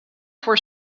for